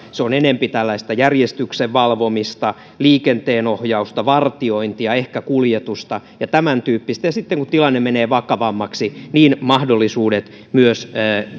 se on enempi tällaista järjestyksen valvomista liikenteenohjausta vartiointia ehkä kuljetusta ja tämäntyyppistä ja sitten kun tilanne menee vakavammaksi niin mahdollisuudet myös